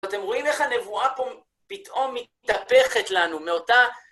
אתם רואים איך הנבואה פה פתאום מתהפכת לנו מאותה...